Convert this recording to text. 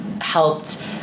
helped